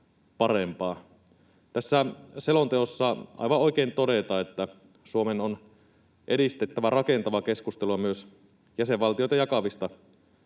Tässä selonteossa aivan oikein todetaan, että Suomen on edistettävä rakentavaa keskustelua myös jäsenvaltioita jakavista